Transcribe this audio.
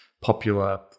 popular